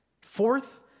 Fourth